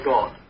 God